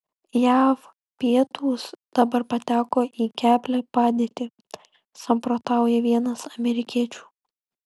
jav pietūs dabar pateko į keblią padėtį samprotauja vienas amerikiečių